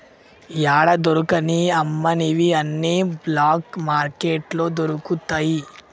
యాడా దొరకని అమ్మనివి అన్ని బ్లాక్ మార్కెట్లో దొరుకుతయి